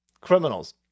Criminals